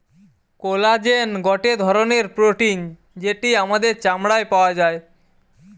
collagen গটে ধরণের protein যেটি আমাদের চামড়ায় পাওয়া যায়